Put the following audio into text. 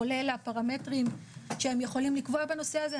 כולל הפרמטרים שהם יכולים לקבוע בנושא הזה.